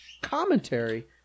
commentary